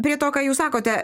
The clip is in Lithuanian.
prie to ką jūs sakote